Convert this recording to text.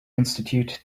institute